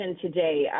today